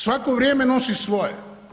Svako vrijeme nosi svoje.